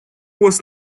was